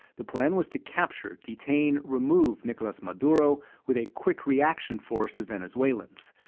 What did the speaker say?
the plan was to capture, detain, remove nicolas maduro with a quick reaction force of venezuelans.